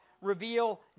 reveal